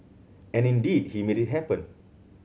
and indeed he made it happen